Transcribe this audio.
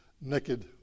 naked